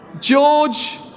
George